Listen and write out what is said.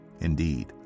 indeed